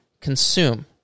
consume